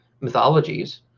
mythologies